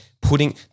putting